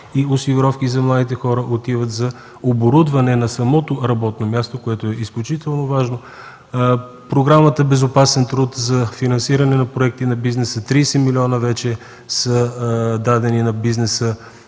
и осигуровки за младите хора, отиват за оборудване на самото работно място. Това е изключително важно. Програмата „Безопасен труд” за финансиране проекти на бизнеса – вече 30 милиона са дадени на бизнеса